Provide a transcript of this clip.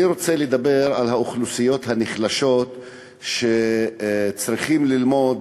אני רוצה לדבר על האוכלוסיות החלשות שצריכות ללמוד,